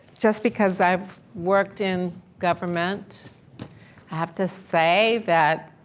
just because i've worked in government, i have to say that